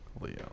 Leo